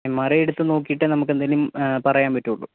M R I എടുത്ത് നോക്കീട്ടേ നമുക്ക് എന്തെങ്കിലും ഏ പറയ്യാൻ പറ്റുള്ളൂ